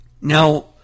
Now